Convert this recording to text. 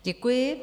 Děkuji.